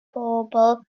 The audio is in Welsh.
bobl